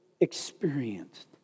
experienced